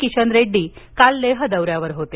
किशन रेड्डी हे काल लेह दौऱ्यावर होते